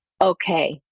okay